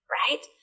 right